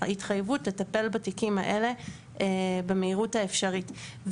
ההתחייבות לטפל בתיקים האלה במהירות האפשרית.